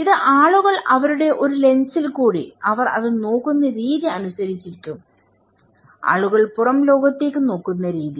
ഇത് ആളുകൾ അവരുടെ ഒരു ലെൻസിൽ കൂടി അവർ അത് നോക്കുന്ന രീതി അനുസരിച്ചിരിക്കുംആളുകൾ പുറം ലോകത്തേക്ക് നോക്കുന്ന രീതി